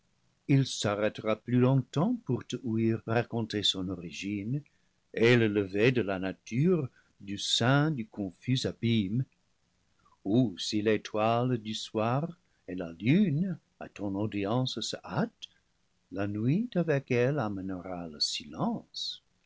il s'arrêtera plus longtemps pour te ouïr raconter son origine et le lever de la nature du sein du confus abîme ou si l'étoile du soir et la lune à ton audience se hâtent la nuit avec elle amènera le silence